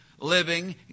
living